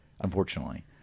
unfortunately